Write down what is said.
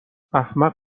احمق